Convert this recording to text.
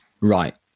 right